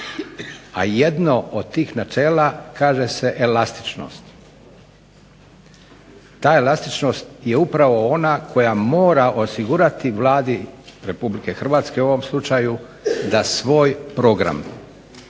a jedno od tih načela kaže se elastičnost. Ta elastičnost je upravo ona koja mora osigurati Vladi Republike Hrvatske u ovom slučaju da svoj program